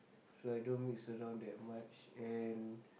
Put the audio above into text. so I don't mix around that much and